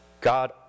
God